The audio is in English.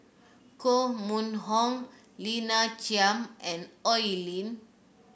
Koh Mun Hong Lina Chiam and Oi Lin